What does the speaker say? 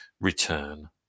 return